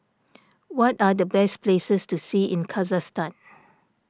what are the best places to see in Kazakhstan